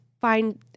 find